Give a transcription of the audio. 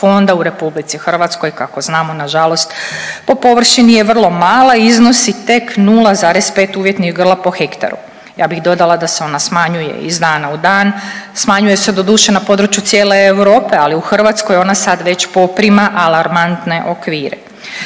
fonda u RH kako znamo na žalost po površini je vrlo mala i iznosi tek 0,5 uvjetnih grla po hektaru. Ja bih dodala da se ona smanjuje iz dana u dan. Smanjuje se doduše na području cijele Europe, ali u Hrvatskoj ona sad već poprima alarmantne okvire.